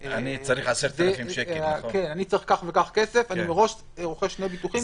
אני צריך כך וכך כסף, אני מראש רוכש שני ביטוחים.